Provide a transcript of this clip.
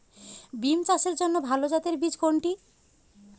বিম চাষের জন্য ভালো জাতের বীজ কোনটি?